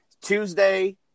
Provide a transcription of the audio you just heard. Tuesday